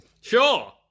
Sure